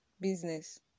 business